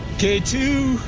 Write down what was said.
k two,